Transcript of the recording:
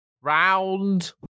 round